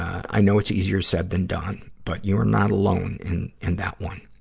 i know it's easier said than done. but, you're not alone in in that one.